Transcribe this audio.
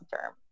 term